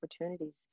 opportunities